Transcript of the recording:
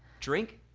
drink?